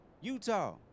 Utah